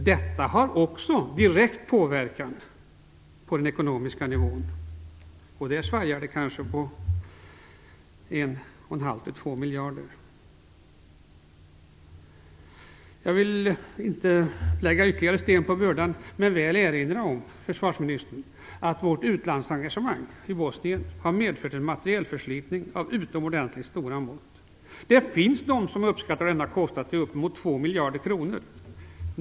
Också detta har direkt påverkan på den ekonomiska nivån, och det rör sig då om kanske 11⁄2-2 miljarder kronor. Jag vill inte lägga ytterligare sten på börda, men jag vill ändå erinra försvarsministern om att vårt utlandsengagemang i Bosnien har medfört en materielförslitning av utomordentligt stora mått. Det finns bedömare som uppskattar kostnaden för detta till uppemot 2 miljarder kronor.